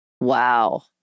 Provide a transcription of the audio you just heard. Wow